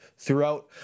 throughout